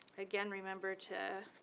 again, remember to,